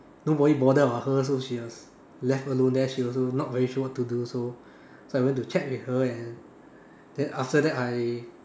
nobody bother about her so she was left alone there she also not very sure what to do so so I went to chat with her and then after that I